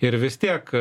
ir vis tiek